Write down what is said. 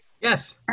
Yes